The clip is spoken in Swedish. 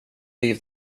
liv